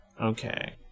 okay